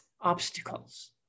obstacles